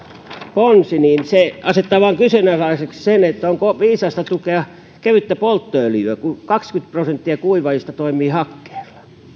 ponsi vain asettaa kyseenalaiseksi sen onko viisasta tukea kevyttä polttoöljyä kun kaksikymmentä prosenttia kuivaajista toimii hakkeella